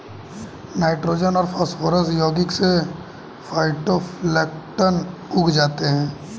nitrogen और phosphorus यौगिक से फाइटोप्लैंक्टन उग जाते है